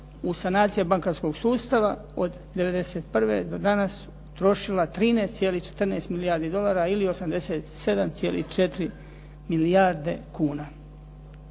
u sanacije bankarskog sustava od '91. do danas utrošila 13,14 milijardi dolara ili 87,4 milijarde kuna.